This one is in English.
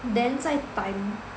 then 在 time